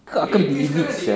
I can't believe sia